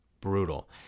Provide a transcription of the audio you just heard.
brutal